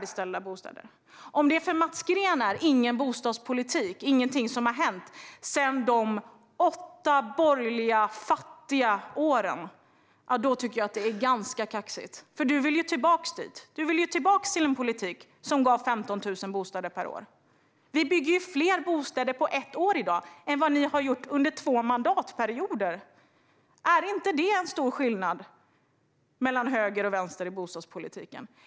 Om detta för Mats Green är detsamma som ingen bostadspolitik och att ingenting har hänt sedan de åtta fattiga borgerliga åren tycker jag att det är ganska kaxigt. Du vill ju tillbaka till en politik som gav 15 000 bostäder per år. Vi bygger nu fler bostäder på ett år än vad ni gjorde under två mandatperioder. Är det inte en stor skillnad mellan höger och vänster i bostadspolitiken?